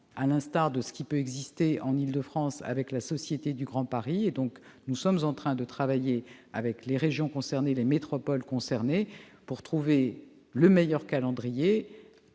à l'instar de ce qui peut exister en Île-de-France avec la Société du Grand Paris. Nous sommes en train de travailler avec les régions et les métropoles concernées pour trouver le meilleur calendrier,